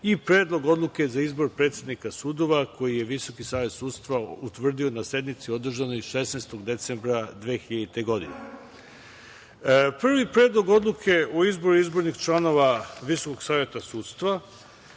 i Predlog odluke za izbor predsednika sudova, koji je Visoki savet sudstva utvrdio na sednici održanoj 16. decembra 2000. godine. Prvi, Predlog odluke o izboru izbornih članova VSS je rezultat